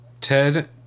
Ted